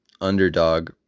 underdog